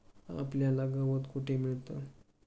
आपल्याला गवत कुठे मिळतं?